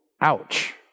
ouch